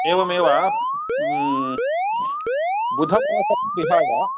एवमेव बुधवासरं विहाय